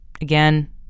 again